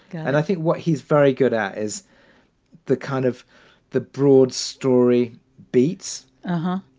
and i think what he's very good at is the kind of the broad story beats ah huh.